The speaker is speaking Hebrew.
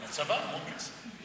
לצבא, המון כסף.